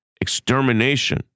extermination